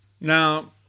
Now